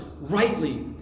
rightly